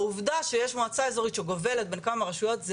העובדה שיש מועצות שגובלות בכמה רשויות זה